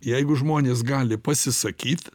jeigu žmonės gali pasisakyt